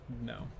No